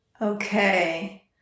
Okay